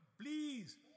Please